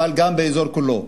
אבל גם באזור כולו,